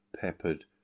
peppered